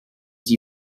die